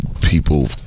people